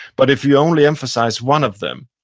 but if you only emphasize one of them,